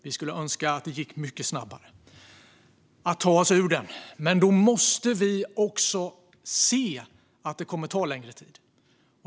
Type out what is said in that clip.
Vi önskar att det hade gått mycket snabbare att ta oss ur den. Men vi måste se att det kommer att ta lång tid.